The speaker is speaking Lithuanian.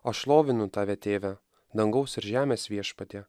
aš šlovinu tave tėve dangaus ir žemės viešpatie